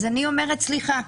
אז אני אומרת: סליחה,